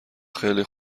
خیلی